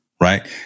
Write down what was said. right